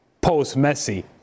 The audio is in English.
post-Messi